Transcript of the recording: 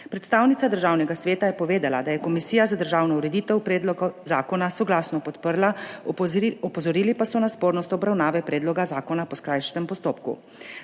Predstavnica Državnega sveta je povedala, da je Komisija za državno ureditev predlog zakona soglasno podprla. Opozorili pa so na spornost obravnave predloga zakona po skrajšanem postopku.